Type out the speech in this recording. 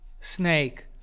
snake